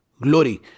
glory